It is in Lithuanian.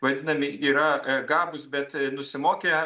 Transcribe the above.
vadinami yra gabūs bet e nusimokę